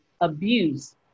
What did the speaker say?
abuse